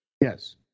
Yes